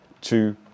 two